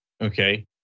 okay